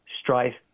Strife